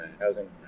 housing